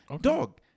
Dog